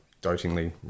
dotingly